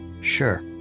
Sure